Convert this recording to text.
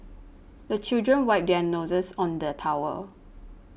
the children wipe their noses on the towel